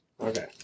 Okay